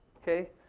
okay.